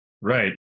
Right